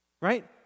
Right